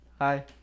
Hi